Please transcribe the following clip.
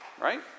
right